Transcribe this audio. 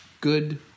good